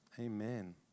Amen